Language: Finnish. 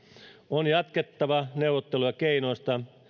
on jatkettava neuvotteluja keinoista